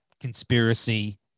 conspiracy